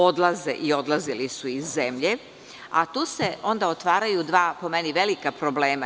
Odlaze i odlazili su iz zemlje, a tu se onda otvaraju dva veoma velika problema.